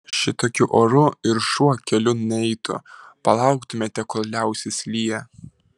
šitokiu oru ir šuo keliu neitų palauktumėte kol liausis liję